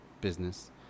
business